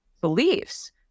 beliefs